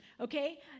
okay